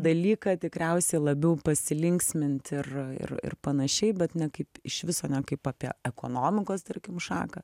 dalyką tikriausiai labiau pasilinksminti ir ir ir panašiai bet ne kaip iš viso ne kaip apie ekonomikos tarkim šaką